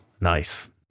Nice